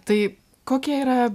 tai kokia yra